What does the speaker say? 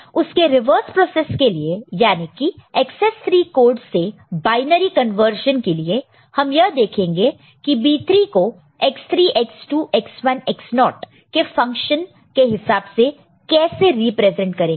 उसके reverse process के लिए याने कि एकसेस 3 कोड से बायनरी कन्वर्शन के लिए हम यह देखेंगे की B3 को X3 X2 X1 X0 के फंक्शन के हिसाब से कैसे रिप्रेजेंट करेंगे